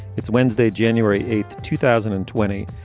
it's wednesday, january eighth, two thousand and twenty.